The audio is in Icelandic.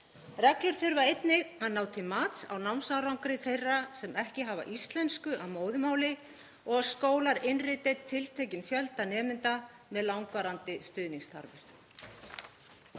Reglur þurfa einnig að ná til mats á námsárangri þeirra sem ekki hafa íslensku að móðurmáli og að skólar innriti tiltekinn fjölda nemenda með langvarandi stuðningsþarfir.